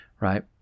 right